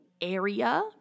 area